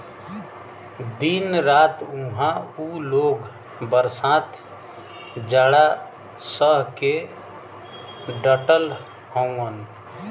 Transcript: दिन रात उहां उ लोग बरसात जाड़ा सह के डटल हउवन